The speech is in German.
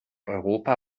europa